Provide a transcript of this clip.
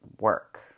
work